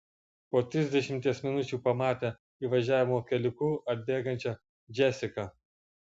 po trisdešimties minučių pamatė įvažiavimo keliuku atbėgančią džesiką